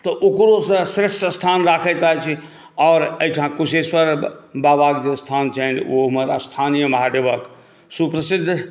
तऽ ओकरोसँ श्रेष्ठ स्थान राखैत अछि आओर एहिठाम कुशेश्वर बाबाक जे स्थान छनि ओ हमर स्थानीय महादेव बाबा सुप्रसिद्ध